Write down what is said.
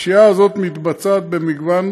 הפשיעה הזאת מתבצעת במגוון